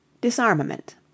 DISARMAMENT